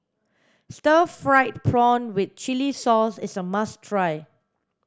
Stir Fried Prawn with chili sauce is a must try